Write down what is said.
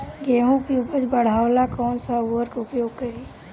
गेहूँ के उपज बढ़ावेला कौन सा उर्वरक उपयोग करीं?